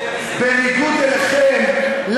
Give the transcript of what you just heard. בניגוד אליכם,